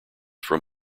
from